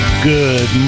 Good